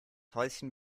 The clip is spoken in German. häuschen